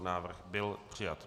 Návrh byl přijat.